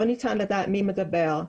לא ניתן לדעת מי מדבר.